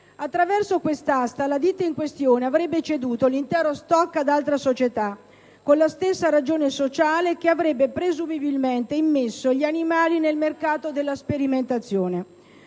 Attraverso quest'asta la ditta in questione avrebbe ceduto l'intero *stock* ad altra società con la stessa ragione sociale, che avrebbe presumibilmente immesso gli animali nel mercato della sperimentazione.